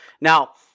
Now